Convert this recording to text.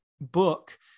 book